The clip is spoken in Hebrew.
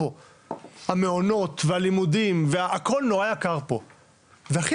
המעונות והלימודים והכל נורא יקר פה והכי